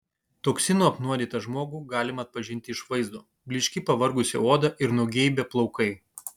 toksinų apnuodytą žmogų galima atpažinti iš vaizdo blyški pavargusi oda ir nugeibę plaukai